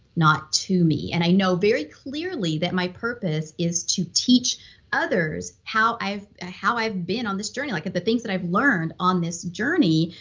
not to me. and i know very clearly that my purpose is to teach others how i've how i've been on this journey, like the things that i've learned on this journey,